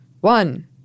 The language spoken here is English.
one